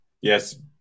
yes